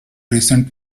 recent